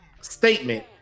statement